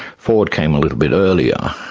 ford came a little bit earlier.